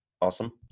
awesome